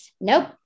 nope